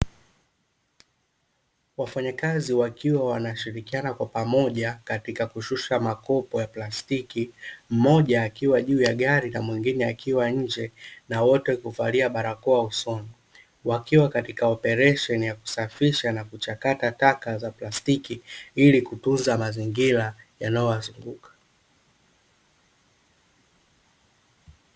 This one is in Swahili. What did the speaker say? Wafanyakazi wakiwa wanashirikiana kwa pamoja katika kushusha makopo ya plastiki, mmoja akiwa juu ya gari na mwengine akiwa nje na wote kuvalia barakoa usoni wakiwa katika operesheni ya kusafisha na kuchakata taka za plastiki ili kutunza mazingira yanayowazunguka.